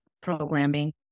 programming